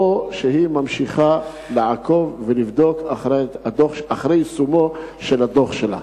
או שהיא ממשיכה לעקוב ולבדוק אחרי יישומו של הדוח שלה?